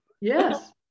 Yes